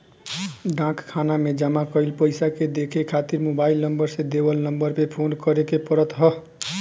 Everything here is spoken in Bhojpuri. डाक खाना में जमा कईल पईसा के देखे खातिर मोबाईल से देवल नंबर पे फोन करे के पड़त ह